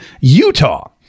utah